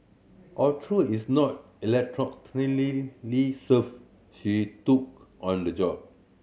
although is not serf she took on the job